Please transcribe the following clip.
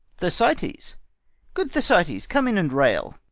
thersites! good thersites, come in and rail.